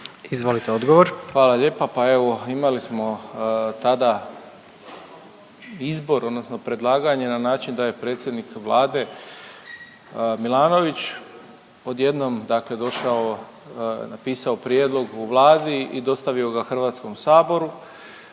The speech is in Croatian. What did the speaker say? Ivan (HDZ)** Hvala lijepa, pa evo imali smo tada izbor odnosno predlaganje na način da je predsjednik vlade Milanović odjednom dakle došao, napisao prijedlog u vladi i dostavio ga Hrvatskom saboru